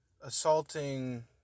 assaulting